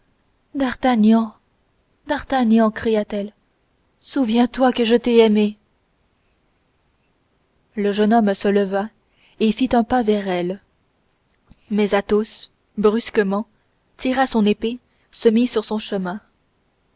d'espérance d'artagnan d'artagnan cria-t-elle souviens-toi que je t'ai aimé le jeune homme se leva et fit un pas vers elle mais athos brusquement tira son épée se mit sur son chemin